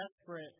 desperate